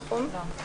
נכון?